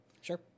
Sure